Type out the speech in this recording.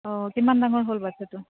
অঁ কিমান ডাঙৰ হ'ল বাচ্ছাটো